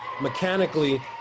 Mechanically